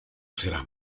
serás